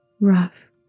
rough